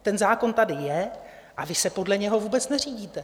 Ten zákon tady je a vy se podle něho vůbec neřídíte.